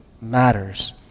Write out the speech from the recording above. matters